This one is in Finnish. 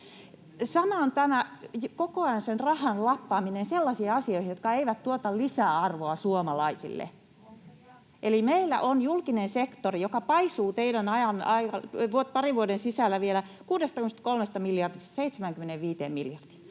saa tulla. Tämä rahan lappaaminen koko ajan sellaisiin asioihin, jotka eivät tuota lisäarvoa suomalaisille: meillä on julkinen sektori, joka paisuu parin vuoden sisällä vielä 63 miljardista 75 miljardiin.